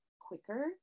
quicker